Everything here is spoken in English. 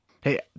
Hey